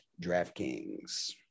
DraftKings